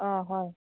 অঁ হয়